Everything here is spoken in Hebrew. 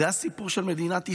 זה הסיפור של מדינת ישראל,